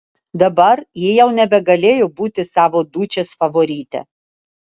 dabar ji jau nebegalėjo būti savo dučės favorite